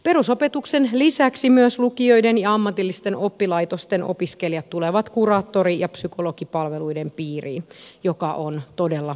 perusopetuksen lisäksi myös lukioiden ja ammatillisten oppilaitosten opiskelijat tulevat kuraattori ja psykologipalveluiden piiriin mikä on todella hieno juttu